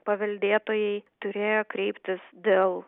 paveldėtojai turėjo kreiptis dėl